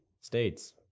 states